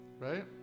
right